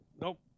Nope